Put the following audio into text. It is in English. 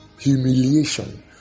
humiliation